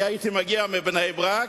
אני הייתי מגיע מבני-ברק,